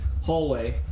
hallway